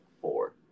four